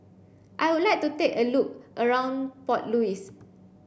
I would like to have a look around Port Louis